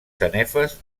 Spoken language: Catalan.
sanefes